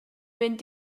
mynd